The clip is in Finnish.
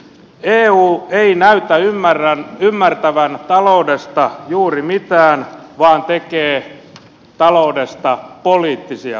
eu ei näytä ymmärtävän taloudesta juuri mitään vaan tekee taloudesta poliittisia päätöksiä